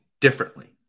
differently